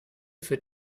für